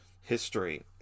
history